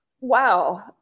wow